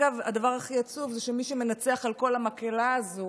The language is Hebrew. הדבר הכי עצוב זה שמי שמנצח על כל המקהלה הזאת